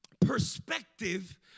perspective